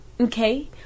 okay